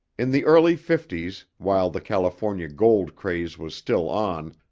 in the early fifties, while the california gold craze was still on,